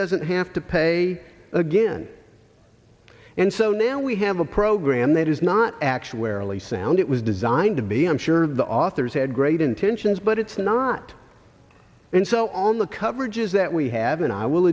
doesn't have to pay again and so now we have a program that is not actuarially sound it was designed to be i'm sure the authors had great intentions but it's not and so on the coverages that we have and i will